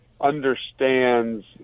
Understands